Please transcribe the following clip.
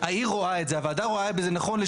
יחס לתוכנית שאושרו בוועדה המקומית מכוח